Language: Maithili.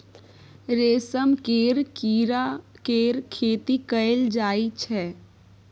रेशम केर कीड़ा केर खेती कएल जाई छै